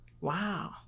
Wow